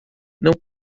não